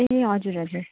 ए हजुर हजुर